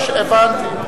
הבנתי.